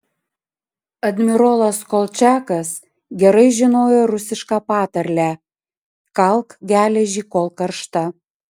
admirolas kolčiakas gerai žinojo rusišką patarlę kalk geležį kol karšta